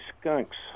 skunks